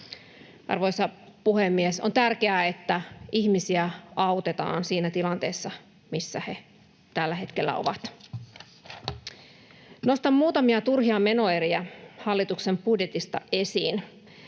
Arvoisa puhemies! On tärkeää, että ihmisiä autetaan siinä tilanteessa, missä he tällä hetkellä ovat. Nostan muutamia turhia menoeriä hallituksen budjetista esiin.